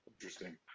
Interesting